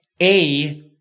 A-